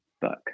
book